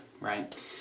right